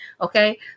Okay